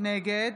נגד